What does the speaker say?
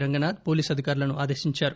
Ranganath police అధికారులను ఆదేశించారు